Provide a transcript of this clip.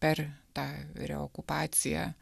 per tą reokupaciją